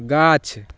गाछ